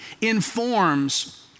informs